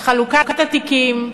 בחלוקת התיקים,